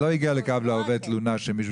לא הגיעה ל'קו לעובד' תלונה של מישהו